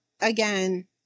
again